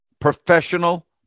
professional